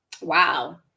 Wow